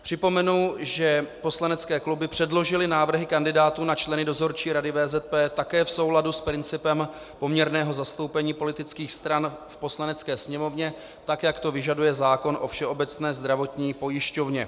Připomenu, že poslanecké kluby předložily návrhy kandidátů na členy Dozorčí rady VZP také v souladu s principem poměrného zastoupení politických stran v Poslanecké sněmovně, tak jak to vyžaduje zákon o Všeobecné zdravotní pojišťovně.